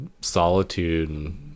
solitude